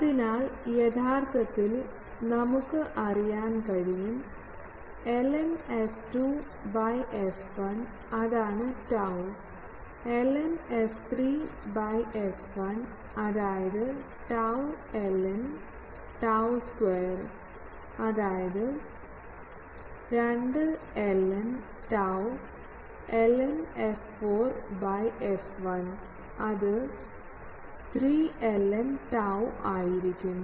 അതിനാൽ യഥാർത്ഥത്തിൽ നമുക്ക് അറിയാൻ കഴിയും ln f2 by f1 അതാണ് tau ln f3 by f1 അതായത് tau ln tau സ്ക്വയർ അതായത് 2 ln tau ln f4 by f1 അത് 3 ln tau ആയിരിക്കും